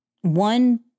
one